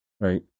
Right